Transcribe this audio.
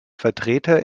vertreter